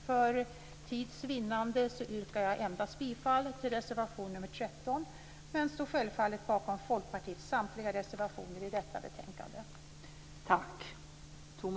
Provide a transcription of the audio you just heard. För tids vinnande yrkar jag bifall endast till reservation nr 13 men står självfallet bakom